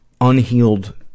unhealed